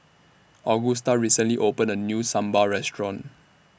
Augusta recently opened A New Sambar Restaurant